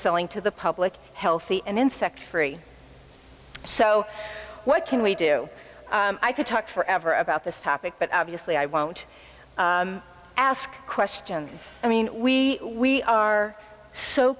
selling to the public healthy and insect free so what can we do i could talk forever about this topic but obviously i won't ask questions i mean we we are so